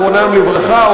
זיכרונן לברכה,